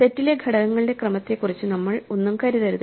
സെറ്റിലെ ഘടകങ്ങളുടെ ക്രമത്തെക്കുറിച്ച് നമ്മൾ ഒന്നും കരുതരുത്